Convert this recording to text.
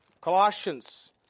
Colossians